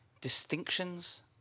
distinctions